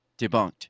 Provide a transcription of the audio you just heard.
Debunked